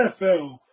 NFL